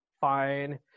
fine